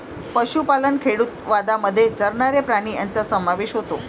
पशुपालन खेडूतवादामध्ये चरणारे प्राणी यांचा समावेश होतो